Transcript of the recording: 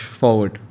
forward